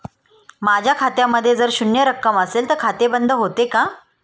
माझ्या खात्यामध्ये जर शून्य रक्कम असेल तर खाते बंद होते का?